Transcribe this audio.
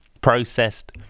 processed